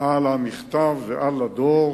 על המכתב ועל לדור,